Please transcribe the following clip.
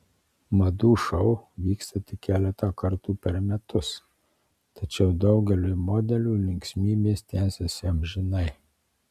madų šou vyksta tik keletą kartų per metus tačiau daugeliui modelių linksmybės tęsiasi amžinai